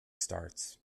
starts